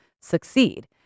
succeed